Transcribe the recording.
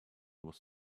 was